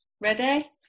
Ready